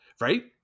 Right